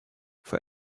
for